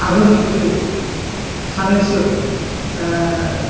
आगोलनिख्रुइ सानैसो